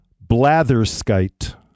Blatherskite